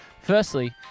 Firstly